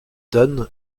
dunn